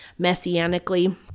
messianically